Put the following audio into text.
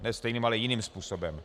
Ne stejným, ale jiným způsobem.